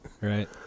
Right